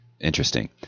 Interesting